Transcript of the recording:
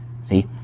See